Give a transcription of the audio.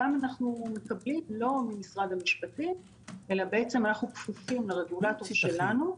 לא ממשרד המשפטים אלא אנו כפופים לרגולטור שלנו,